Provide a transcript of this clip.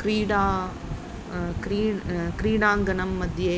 क्रीडा क्रीण क्रीडाङ्गणमध्ये